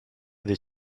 the